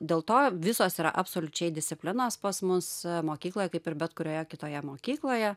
dėl to visos yra absoliučiai disciplinos pas mus mokykloje kaip ir bet kurioje kitoje mokykloje